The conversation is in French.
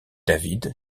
david